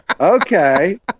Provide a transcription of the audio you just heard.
okay